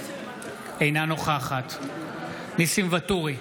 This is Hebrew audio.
אינה נוכחת ניסים ואטורי,